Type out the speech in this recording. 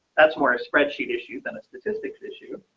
that's more a spreadsheet issue than a statistics issue.